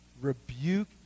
rebuke